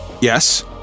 yes